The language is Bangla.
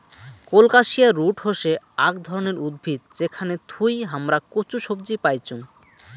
কোলকাসিয়া রুট হসে আক ধরণের উদ্ভিদ যেখান থুই হামরা কচু সবজি পাইচুং